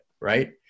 right